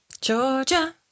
Georgia